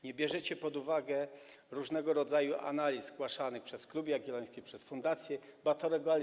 Nie bierzecie pod uwagę różnego rodzaju analiz zgłaszanych przez Klub Jagielloński, przez fundację Batorego.